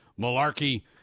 malarkey